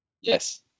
Yes